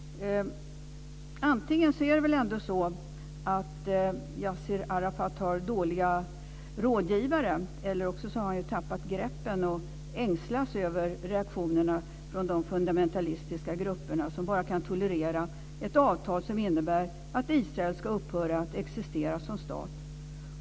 Antingen är det väl så att Arafat har dåliga rådgivare, eller också har han tappat greppet och ängslas över reaktionerna från de fundamentalistiska grupperna som bara kan tolerera ett avtal som innebär att Israel ska upphöra att existera som stat.